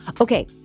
Okay